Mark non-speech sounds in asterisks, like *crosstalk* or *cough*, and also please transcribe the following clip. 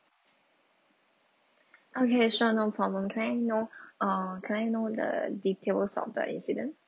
okay sure no problem can I know *breath* uh can I know the details of the incident